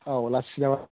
औ लास्ट सिटआव